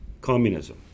communism